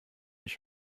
ich